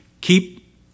keep